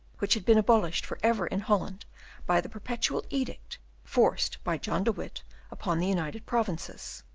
which had been abolished for ever in holland by the perpetual edict forced by john de witt upon the united provinces.